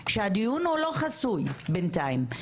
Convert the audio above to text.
שהדיון הוא לא חסוי בינתיים.